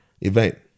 event